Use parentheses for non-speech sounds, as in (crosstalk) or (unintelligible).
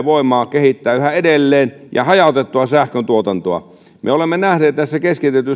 (unintelligible) voimaa kehittää yhä edelleen ja hajautettua sähköntuotantoa nämä keskitetyt (unintelligible)